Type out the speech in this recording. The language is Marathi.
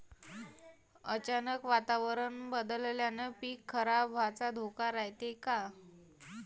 अचानक वातावरण बदलल्यानं पीक खराब व्हाचा धोका रायते का?